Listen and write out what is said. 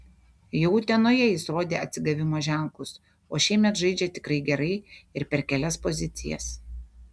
jau utenoje jis rodė atsigavimo ženklus o šiemet žaidžia tikrai gerai ir per kelias pozicijas